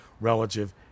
relative